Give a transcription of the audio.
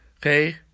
Okay